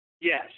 Yes